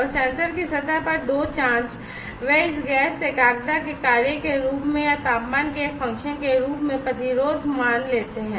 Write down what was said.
और सेंसर की सतह पर दो जांच वे इस गैस एकाग्रता के कार्य के रूप में या तापमान के एक फंक्शन के रूप में प्रतिरोध मान लेते हैं